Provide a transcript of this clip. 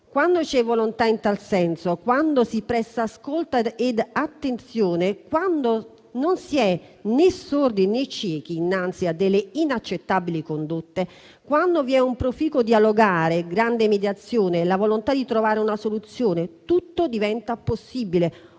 Quando c'è volontà in tal senso, quando si presta ascolto ed attenzione, quando non si è né sordi né ciechi innanzi a delle inaccettabili condotte, quando vi è un proficuo dialogare, grande mediazione e la volontà di trovare una soluzione, tutto diventa possibile